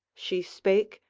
she spake,